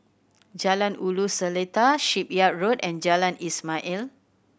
Jalan Ulu Seletar Shipyard Road and Jalan Ismail